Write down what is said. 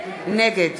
נגד